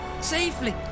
Safely